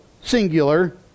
singular